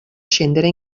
scendere